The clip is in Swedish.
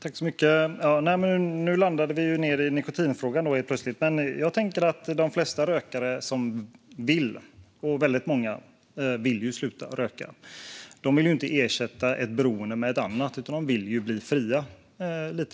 Fru talman! Nu landade vi helt plötsligt i nikotinfrågan. Jag tänker att de flesta rökare som vill sluta röka - och det är väldigt många - inte vill ersätta ett beroende med ett annat, utan de vill bli fria.